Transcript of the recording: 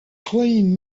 clean